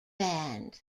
band